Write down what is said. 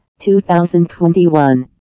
2021